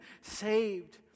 saved